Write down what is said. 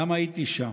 "למה הייתי שם?